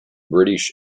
british